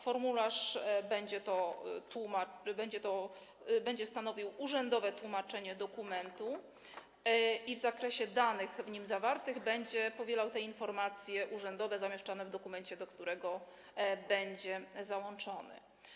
Formularz będzie stanowił urzędowe tłumaczenie dokumentu i w zakresie danych w nim zawartych będzie powielał informacje urzędowe zamieszczane w dokumencie, do którego będzie załączony.